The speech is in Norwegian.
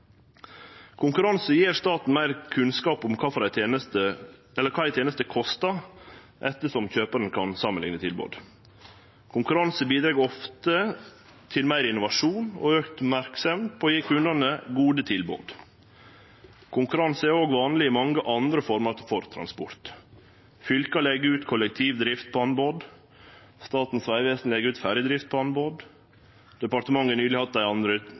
Konkurranse gjev staten meir kunnskap om kva ei teneste kostar, ettersom kjøparen kan samanlikne tilbod. Konkurranse bidreg ofte til meir innovasjon og auka merksemd på å gje kundane gode tilbod. Konkurranse er òg vanleg i mange andre former for transport. Fylka legg ut kollektivdrift på anbod. Statens vegvesen legg ut ferjedrift på anbod. Departementet har nyleg hatt